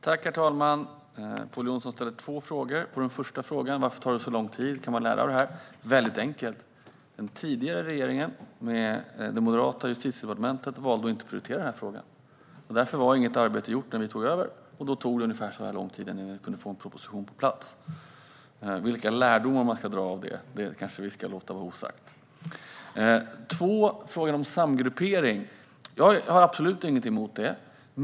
Herr talman! Pål Jonson ställde två frågor. Den första gällde varför det har tagit så lång tid och vad man kan lära av detta. Det är väldigt enkelt - den tidigare regeringen, där moderater styrde Justitiedepartementet, valde att inte prioritera den här frågan. Inget arbete hade gjorts när vi tog över, och därför tog det så här lång tid innan vi kunde få en proposition på plats. Vilka lärdomar man kan dra av detta ska vi kanske låta vara osagt. Den andra frågan gällde samgruppering. Jag har absolut ingenting emot detta.